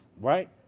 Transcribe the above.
right